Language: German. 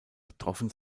betroffen